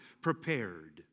prepared